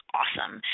awesome